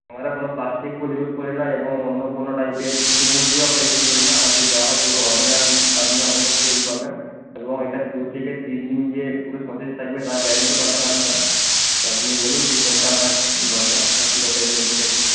আমরা কোনো প্লাস্টিক ফুল ইউজ করি না এবং অন্য কোনো টাইপের সুগন্ধিও আমরা ইউজ করি না আমাদের যা হয় পুরো অরিজিনাল আপনি আমাদের কাছ থেকে ইয়ে পাবেন এবং এটা দু থেকে তিন দিন যে পুরো সতেজ থাকবে তার গ্যারেন্টি পাবেন আপনারা তো আপনি বলুন যে কোনটা আপনার দরকার বা কীরকম টাইপের নিতে চাইছেন